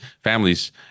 families